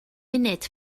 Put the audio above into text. munud